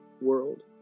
world